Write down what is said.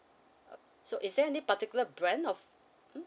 uh so is there any particular brand of mm